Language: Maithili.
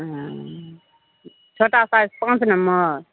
हुँ छोटा साइज पाँच नम्बर